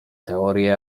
teorię